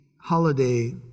holiday